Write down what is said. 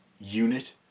unit